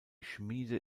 schmiede